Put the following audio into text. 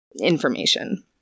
information